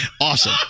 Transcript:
Awesome